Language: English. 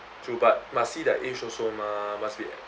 true but must see their age also mah must be